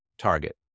Target